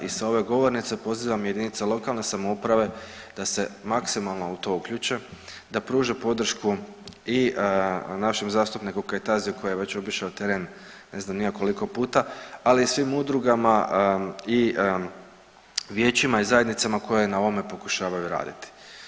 I sa ove govornice pozivam jedinice lokalne samouprave da se maksimalno u to uključe, da pruže podršku i našem zastupniku Kajtaziju koji je već obišao teren ne znam ni ja koliko puta, ali i svim udrugama i vijećima i zajednicama koje na ovome pokušavaju raditi.